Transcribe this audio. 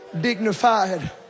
dignified